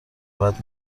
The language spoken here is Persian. بعد